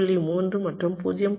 3 மற்றும் 0